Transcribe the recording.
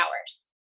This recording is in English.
hours